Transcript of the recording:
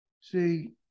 see